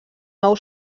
nou